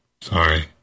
Sorry